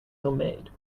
homemade